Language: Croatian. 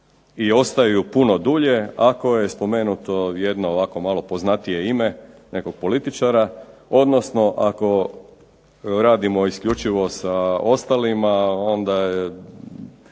i ostaju puno duže ako se spomene jedno ovako malo poznatije ime nekog političara odnosno ako radimo isključivo sa ostalima, onda